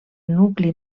nucli